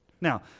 Now